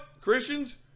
Christians